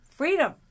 freedom